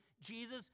Jesus